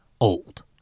old